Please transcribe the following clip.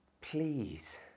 Please